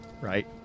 Right